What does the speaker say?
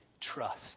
trust